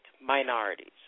minorities